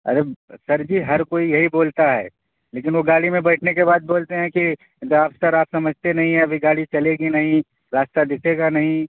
ارے sir ji ہر کوئی یہی بولتا ہے لیکن وہ گاڑی میں بیٹھنے کے بعد بولتے ہیں کہ سر آپ سمجھتے نہیں ابھی گاڑی چلے گی نہیں راستہ دکھے گا نہیں